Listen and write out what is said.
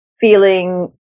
feeling